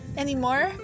anymore